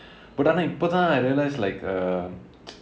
but ஆனால் இப்போதான்:aanal ippothaan I realise like uh